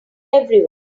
everyone